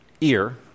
ear